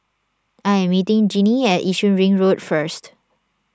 I am meeting Jeanie at Yishun Ring Road first